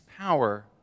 power